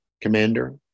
commander